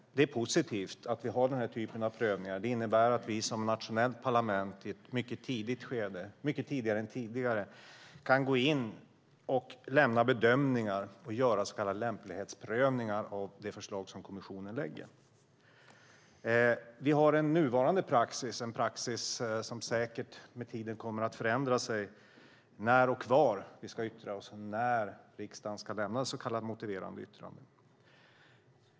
Det är positivt att vi har den här typen av prövningar. Det innebär att vi som nationellt parlament i ett mycket tidigare skede än tidigare kan gå in, lämna bedömningar och göra så kallade lämplighetsprövningar av de förslag kommissionen lägger fram. Vi har en nuvarande praxis, som med tiden säkert kommer att förändra sig, om när och var vi ska yttra oss och när riksdagen ska lämna ett så kallat motiverat yttrande.